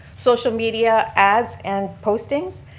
social media ads and posting,